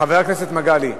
חבר הכנסת מגלי,